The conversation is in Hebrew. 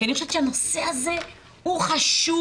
כי אני חושבת שהנושא הזה הוא חשוב,